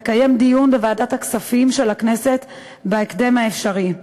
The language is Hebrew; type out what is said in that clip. לקיים דיון בוועדת הכספים של הכנסת בהקדם האפשרי,